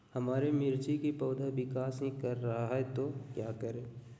हमारे मिर्च कि पौधा विकास ही कर रहा है तो क्या करे?